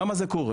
למה זה קורה?